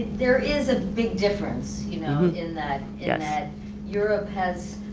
there is a big difference you know, in that yeah that europe has,